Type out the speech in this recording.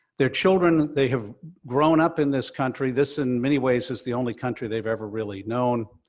they're children, they have grown up in this country, this, in many ways, is the only country they've ever really known.